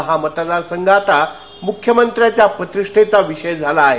त्यामुळे हा मतदारसंघ आता मुख्यमंत्र्याच्या प्रतिष्ठेचा विषय झाला आहे